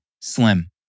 Slim